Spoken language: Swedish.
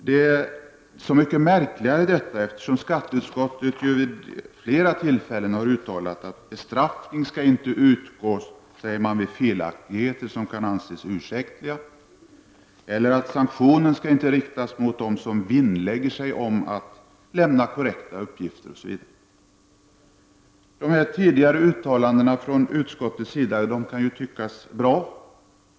Detta är så mycket märkligare eftersom skatteutskottet vid flera tillfällen uttalat att bestraffning inte skall utgå vid felaktigheter som kan anses ursäktliga eller att sanktionen inte skall rikta sig mot dem som vinlägger sig om att lämna korrekta uppgifter. Dessa tidigare uttalanden från utskottets sida kan ju tyckas bra.